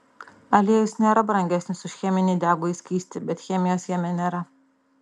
aliejus nėra brangesnis už cheminį degųjį skystį bet chemijos jame nėra